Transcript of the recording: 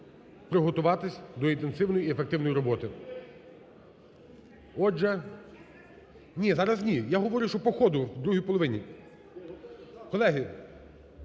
приготуватися до інтенсивної і ефективної роботи. Отже… (Шум у залі) Ні, зараз ні, я говорю, що по ходу, у другій половині. Колеги!